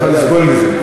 הוא יכול לסבול מזה,